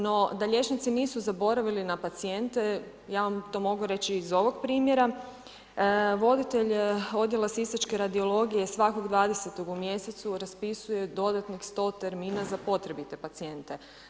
No da liječnici nisu zaboravili na pacijente, ja vam to mogu reći i iz ovog primjera, voditelj Odjela sisačke radiologije svakog 20-og u mjesecu raspisuje dodatnih 100 termina za potrebite pacijente.